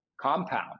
compound